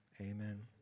amen